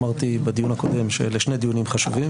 אמרתי בדיון הקודם שאלה שני דיונים חשובים